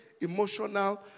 emotional